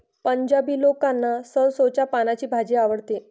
पंजाबी लोकांना सरसोंच्या पानांची भाजी आवडते